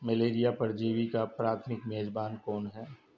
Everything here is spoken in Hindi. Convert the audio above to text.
मलेरिया परजीवी का प्राथमिक मेजबान कौन है?